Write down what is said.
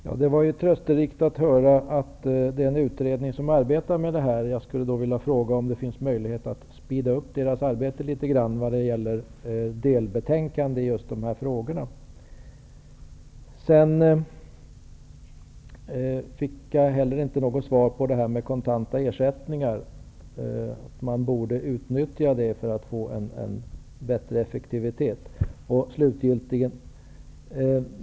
Herr talman! Det var trösterikt att höra att en utredning arbetar med de här frågorna och skall komma med ett delbetänkande. Jag skulle vilja fråga om det finns möjlighet att ''speeda upp'' dess arbete. Jag fick inte något svar på frågan om kontanta ersättningar. De borde utnyttjas så att effektiviteten blir bättre.